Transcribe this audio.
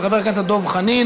של חבר הכנסת דב חנין.